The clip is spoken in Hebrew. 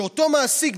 אותו מעסיק,